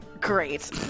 Great